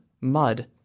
mud